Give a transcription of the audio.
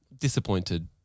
disappointed